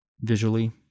visually